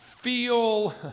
feel